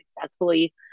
successfully